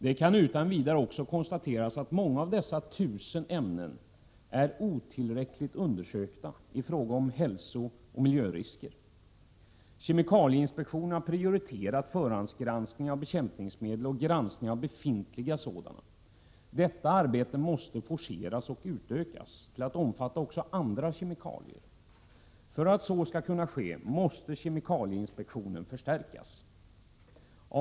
Det kan utan vidare konstateras att många av dessa tusen ämnen är otillräckligt undersökta i fråga om hälsooch miljörisker. Kemikalieinspektionen har prioriterat förhandsgranskning av bekämpningsmedel och granskning av befintliga sådana. Detta arbete måste forceras och utökas till att också omfatta andra kemikalier. För att så skall kunna ske måste kemikalieinspektionen förstärkas.